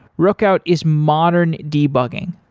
rookout is modern debugging.